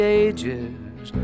ages